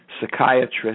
psychiatrist